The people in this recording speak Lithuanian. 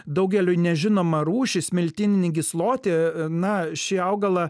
daugeliui nežinomą rūšį smiltyninį gyslotį na šį augalą